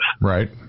right